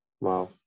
Wow